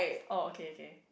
oh okay okay